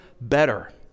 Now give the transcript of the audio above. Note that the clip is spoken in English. better